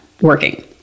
working